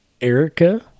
Erica